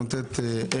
לצורך העניין,